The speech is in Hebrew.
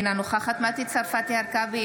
אינה נוכחת מטי צרפתי הרכבי,